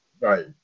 right